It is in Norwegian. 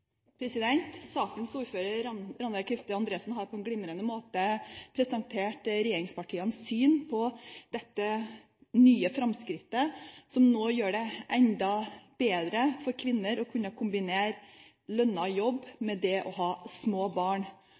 Sakens ordfører, Rannveig Kvifte Andresen, har på en glimrende måte presentert regjeringspartienes syn på dette nye framskrittet som nå gjør det enda lettere for kvinner å kombinere lønnet jobb med det å ha små barn.